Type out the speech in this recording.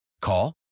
Call